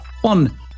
One